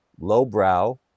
lowbrow